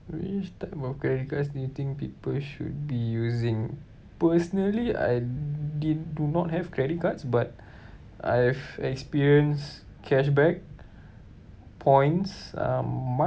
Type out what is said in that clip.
which types of credit cards do you think people should be using personally I did do not have credit cards but I've experienced cashback points um